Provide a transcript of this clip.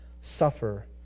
suffer